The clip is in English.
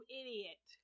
idiot